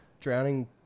Drowning